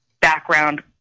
background